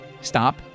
stop